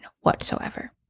whatsoever